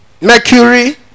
Mercury